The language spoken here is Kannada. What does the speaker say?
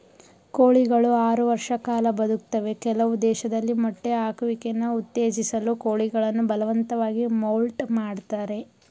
ಕೋಳಿಗಳು ಆರು ವರ್ಷ ಕಾಲ ಬದುಕ್ತವೆ ಕೆಲವು ದೇಶದಲ್ಲಿ ಮೊಟ್ಟೆ ಹಾಕುವಿಕೆನ ಉತ್ತೇಜಿಸಲು ಕೋಳಿಗಳನ್ನು ಬಲವಂತವಾಗಿ ಮೌಲ್ಟ್ ಮಾಡ್ತರೆ